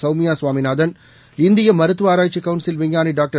சௌமியா சாமிநாதன் இந்திய மருத்துவ ஆராய்ச்சிக் கவுன்சில் விஞ்ஞானி டாக்டர்